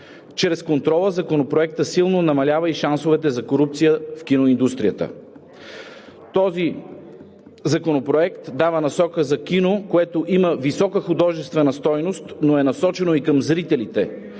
контрола Законопроектът силно намалява и шансовете за корупция в киноиндустрията. Този законопроект дава насока за кино, което има висока художествена стойност, но е насочено и към зрителите.